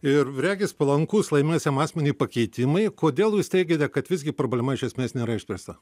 ir regis palankūs laimėjusiam asmeniui pakeitimai kodėl jūs teigiate kad visgi problema iš esmės nėra išspręsta